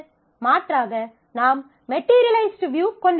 மாற்றாக நாம் materialized view கொண்டிருக்கலாம்